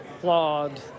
flawed